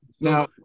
now